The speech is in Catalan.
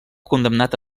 condemnat